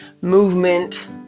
movement